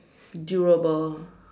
durable